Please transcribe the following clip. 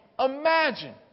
Imagine